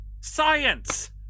Science